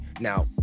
Now